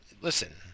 listen